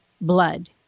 blood